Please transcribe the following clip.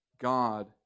God